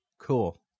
Cool